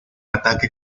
ataque